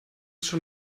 schon